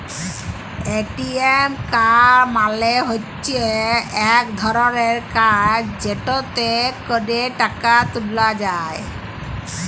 ATM card মালে হচ্যে ইক ধরলের কাড় যেটতে ক্যরে টাকা ত্যুলা যায়